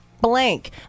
blank